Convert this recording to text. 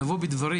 נבוא בדברים,